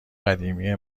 قدیمی